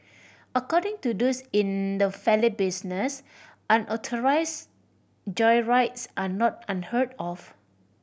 according to those in the valet business unauthorised joyrides are not unheard of